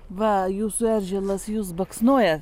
va jūsų eržilas jus baksnoja